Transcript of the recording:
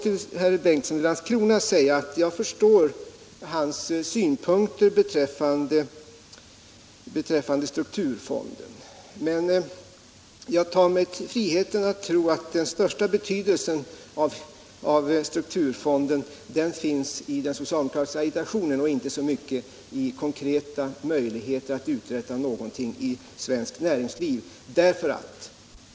Till herr Bengtsson i Landskrona vill jag säga att jag förstår hans synpunkter beträffande strukturfonden. Men jag tar mig friheten att tro att den största betydelsen av fonden finns i den socialdemokratiska agitationen och inte så mycket i konkreta möjligheter att uträtta någonting inom svenskt näringsliv.